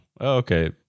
okay